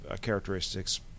characteristics